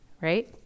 right